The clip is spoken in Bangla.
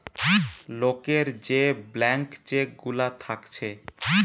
লোকের যে ব্ল্যান্ক চেক গুলা থাকছে